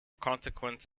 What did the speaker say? consequence